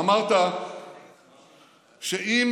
אמרת שאם